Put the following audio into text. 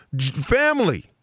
family